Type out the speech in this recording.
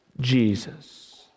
Jesus